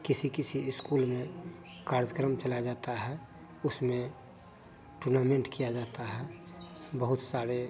किसी किसी स्कूल में कार्यक्रम चलाया जाता है उसमें टूर्नामेन्ट किया जाता है बहुत सारे